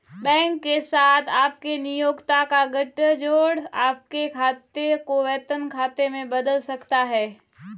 bank के साथ आपके नियोक्ता का गठजोड़ आपके खाते को वेतन खाते में बदल सकता है